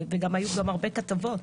היו גם הרבה כתבות.